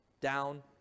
down